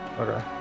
Okay